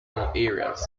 areas